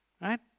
right